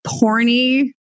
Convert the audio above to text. porny